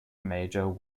major